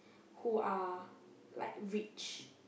who are like rich